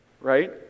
right